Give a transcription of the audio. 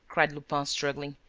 cried lupin, struggling.